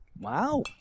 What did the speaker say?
Wow